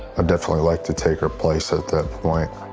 definitely like to take her place at that point.